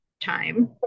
time